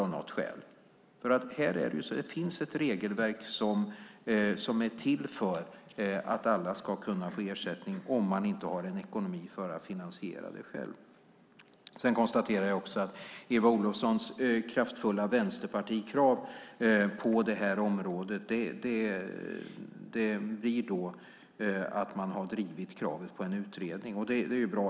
Men det finns ett regelverk som är till för att alla ska kunna få ersättning om man inte har en ekonomi för att finansiera det själv. Jag konstaterar också att Eva Olofssons kraftfulla vänsterpartikrav på det här området blir till att man har drivit kravet på en utredning. Det är ju bra.